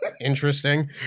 Interesting